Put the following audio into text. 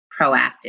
proactive